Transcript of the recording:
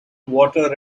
water